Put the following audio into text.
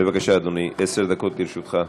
בבקשה, אדוני, עשר דקות לרשותך.